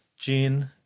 Gene